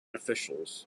officials